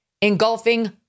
engulfing